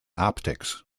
optics